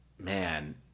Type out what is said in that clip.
Man